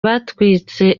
batwitse